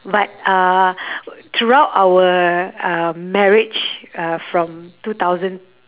but uh throughout our uh marriage uh from two thousand